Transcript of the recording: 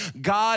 God